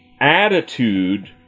attitude